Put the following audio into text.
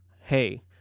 hey